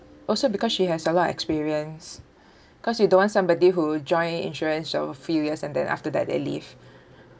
also because she has a lot of experience cause you don't want somebody who joined insurance of a few years and then after that they leave